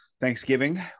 Thanksgiving